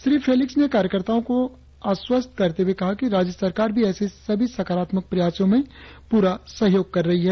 Shri Felix ने कार्यकर्ताओं को आश्वास्त करते हुए कहा कि राज्य सरकार भी ऐसे सभी सकारात्मक प्रयासों में प्ररा सहयोग कर रही है